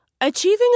Achieving